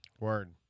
Word